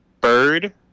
bird